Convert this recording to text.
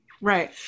Right